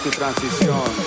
transition